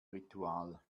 ritual